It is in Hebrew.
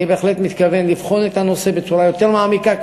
אני בהחלט מתכוון לבחון את הנושא בצורה יותר מעמיקה.